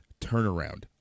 turnaround